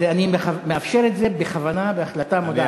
אני מאפשר את זה בכוונה, בהחלטה מודעת.